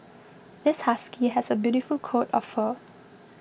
this husky has a beautiful coat of fur